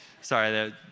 sorry